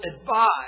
advised